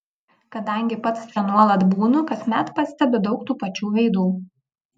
kadangi pats čia nuolat būnu kasmet pastebiu daug tų pačių veidų